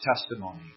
testimony